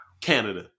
Canada